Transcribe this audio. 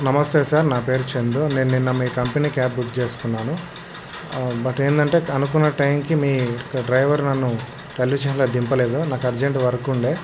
నమస్తే సార్ నా పేరు చందు నేను నిన్న మీ కంపెనీ క్యాబ్ బుక్ చేసుకున్నాను బట్ ఏమిటి అంటే అనుకున్న టైంకి మీ యొక్క డ్రైవర్ నన్ను టెల్యూషన్లో దింపలేదు నాకు అర్జెంట్ వర్క్ ఉండే